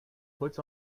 puts